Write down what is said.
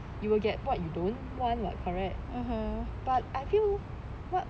you will get bored you don't want [what] correct but I feel